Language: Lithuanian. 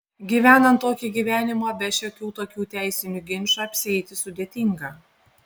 gyvenant tokį gyvenimą be šiokių tokių teisinių ginčų apsieiti sudėtinga